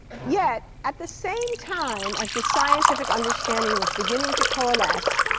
yet at the same time as the scientific understanding was beginning to coalesce,